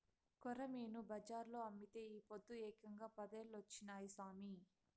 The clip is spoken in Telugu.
కొరమీను బజార్లో అమ్మితే ఈ పొద్దు ఏకంగా పదేలొచ్చినాయి సామి